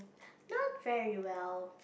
not very well